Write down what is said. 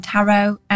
Tarot